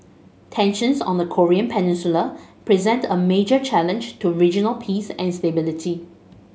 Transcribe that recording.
tensions on the Korean Peninsula present a major challenge to regional peace and stability